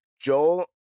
Joel